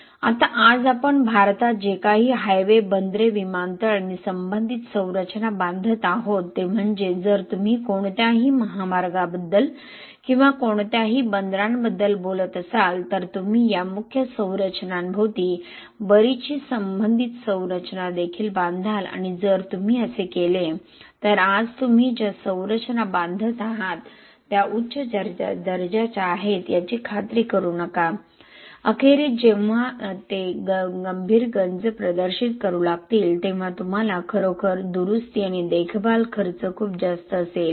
आता आज आपण भारतात जे काही हायवे बंदरे विमानतळ आणि संबंधित संरचना बांधत आहोत ते म्हणजे जर तुम्ही कोणत्याही महामार्गाबद्दल किंवा कोणत्याही बंदराबद्दल बोलत असाल तर तुम्ही या मुख्य संरचनांभोवती बरीचशी संबंधित संरचना देखील बांधाल आणि जर तुम्ही असे केले तर आज तुम्ही ज्या संरचना बांधत आहात त्या उच्च दर्जाच्या आहेत याची खात्री करू नका अखेरीस जेव्हा ते गंभीर गंज प्रदर्शित करू लागतील तेव्हा तुम्हाला खरोखर दुरुस्ती आणि देखभाल खर्च खूप जास्त असेल